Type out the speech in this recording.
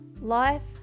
Life